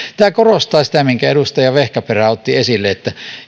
tämä korostaa sitä minkä edustaja vehkaperä otti esille että